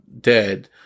dead